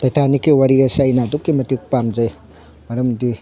ꯇꯩꯇꯥꯅꯤꯛꯀꯤ ꯋꯥꯔꯤ ꯑꯁꯤ ꯑꯩꯅ ꯑꯗꯨꯛꯀꯤ ꯃꯇꯤꯛ ꯄꯥꯝꯖꯩ ꯃꯔꯝꯗꯤ